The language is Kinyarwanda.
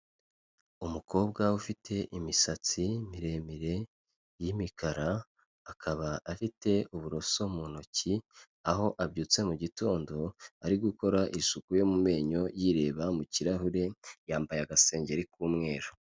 Umukobwa ufite imisatsi miremire y'imikara, akaba afite uburoso mu ntoki; aho abyutse mu gitondo ari gukora isuku yo mu menyo yireba mu kirahure, yambaye agasengeri k'umweru.